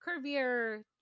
curvier